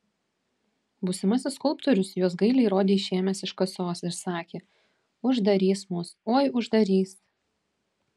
būsimasis skulptorius juos gailiai rodė išėmęs iš kasos ir sakė uždarys mus oi uždarys